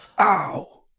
Ow